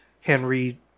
Henry